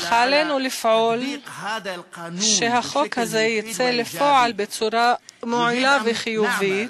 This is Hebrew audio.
אך עלינו לפעול שהחוק הזה יצא לפועל בצורה מועילה וחיובית.